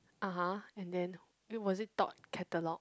(uh huh) and then eh was it Thought Catalog